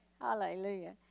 Hallelujah